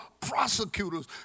prosecutors